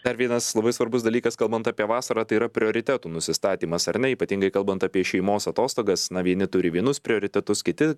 dar vienas labai svarbus dalykas kalbant apie vasarą tai yra prioritetų nusistatymas ar ne ypatingai kalbant apie šeimos atostogas na vieni turi vienus prioritetus kiti